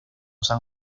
san